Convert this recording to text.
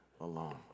alone